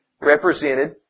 represented